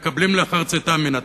מקבלים לאחר צאתם מן התפקיד.